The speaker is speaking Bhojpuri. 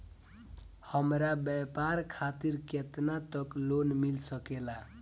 हमरा व्यापार खातिर केतना तक लोन मिल सकेला?